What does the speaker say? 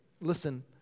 Listen